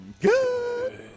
Good